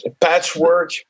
patchwork